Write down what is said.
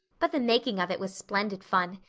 but the making of it was splendid fun.